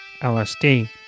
LSD